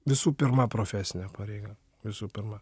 visų pirma profesinė pareiga visų pirma